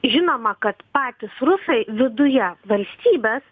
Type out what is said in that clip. žinoma kad patys rusai viduje valstybės